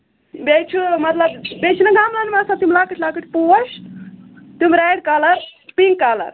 بیٚیہِ چھُ مطلب بیٚیہِ چھُناہ گَملَن منٛز آسان تِم لۄکٕٹۍ لۄکٕٹۍ پوٚش تِم ریڈ کَلر پِنک کَلر